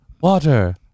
water